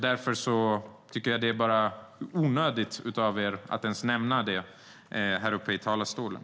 Därför tycker jag att det är onödigt av SD att ens nämna det i talarstolen.